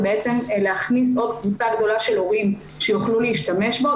ובעצם להכניס עוד קבוצה גדולה של הורים שיוכלו להשתמש בו.